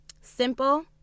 simple